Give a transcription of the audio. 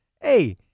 hey-